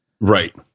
Right